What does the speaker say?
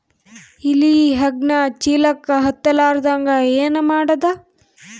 ಇಲಿ ಹೆಗ್ಗಣ ಚೀಲಕ್ಕ ಹತ್ತ ಲಾರದಂಗ ಏನ ಮಾಡದ?